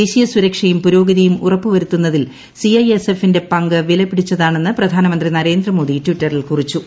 ദേശീയസുരക്ഷയും പുരോഗതിയും ഉറപ്പു വരുത്തുന്ന തിൽ സിഐഎസ്എഫിന്റെ പങ്ക് വിലപിടിച്ചതാണെന്ന് പ്രധാനമന്ത്രി നരേന്ദ്രമോദി ട്വിറ്ററിൽ കുറിച്ചു